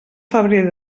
febrer